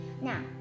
Now